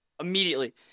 immediately